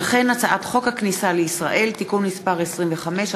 הצעת חוק הכניסה לישראל (תיקון מס' 25),